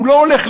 הוא לא הולך,